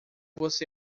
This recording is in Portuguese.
você